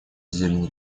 зелени